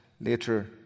later